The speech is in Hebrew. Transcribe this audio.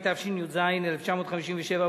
התשי"ז 1957,